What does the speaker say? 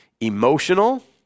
emotional